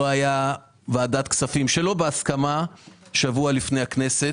לא הייתה ועדת כספים שלא בהסכמה שבוע לפני הבחירות.